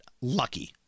lucky